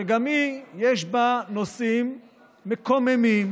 שגם בה יש נושאים מקוממים,